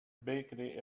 bakery